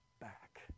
back